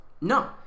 No